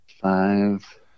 five